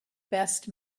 best